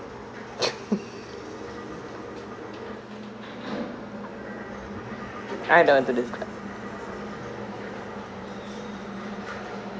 I don't want to describe